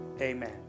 Amen